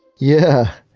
yeah!